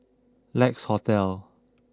Lex Hotel